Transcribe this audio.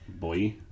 boy